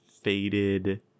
faded